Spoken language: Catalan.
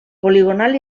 poligonal